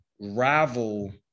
Rival